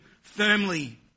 firmly